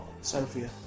Sophia